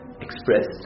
expressed